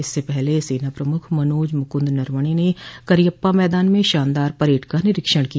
इससे पहले सेना प्रमुख मनोज मुकुंद नरवणे ने करियप्पा मैदान में शानदार परेड का निरीक्षण किया